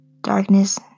Darkness